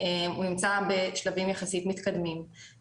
הוא נמצא בשלבים יחסית מתקדמים.